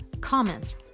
comments